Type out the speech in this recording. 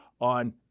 on